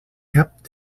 cap